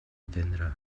tendre